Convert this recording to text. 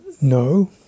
No